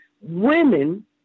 women